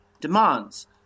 demands